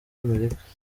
amerika